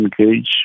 engage